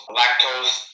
lactose